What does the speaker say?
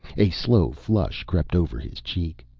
a slow flush crept over his cheek.